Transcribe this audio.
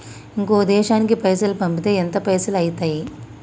ఇంకో దేశానికి పైసల్ పంపితే ఎంత పైసలు అయితయి?